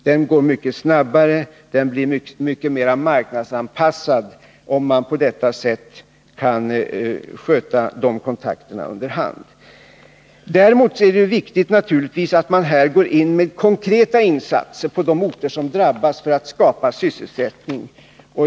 Denna går mycket snabbare och blir mycket mera marknadsanpassad om man på detta sätt kan sköta de kontakterna under hand. Däremot är det naturligtvis viktigt att man här går in med konkreta insatser på de orter som drabbas för att skapa sysselsättning.